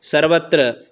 सर्वत्र